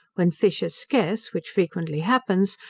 when fish are scarce, which frequently happens,